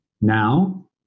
Now